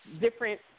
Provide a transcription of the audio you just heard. different